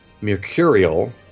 Mercurial